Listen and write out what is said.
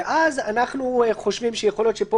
ואז אנחנו חושבים שיכול להיות שפה,